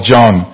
John